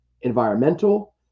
environmental